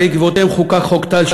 שבעקבותיהן חוקק חוק טל,